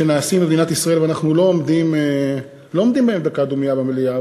שנעשו במדינת ישראל ואנחנו לא עומדים בעניינם דקה דומייה במליאה.